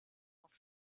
off